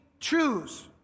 choose